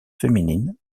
féminine